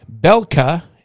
Belka